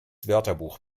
wörterbuch